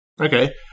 Okay